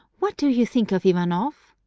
what do you think of ivanoff?